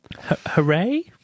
Hooray